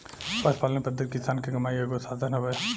पशुपालन पद्धति किसान के कमाई के एगो साधन हवे